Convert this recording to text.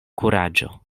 kuraĝo